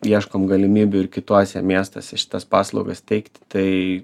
ieškom galimybių ir kituose miestuose šitas paslaugas teikti tai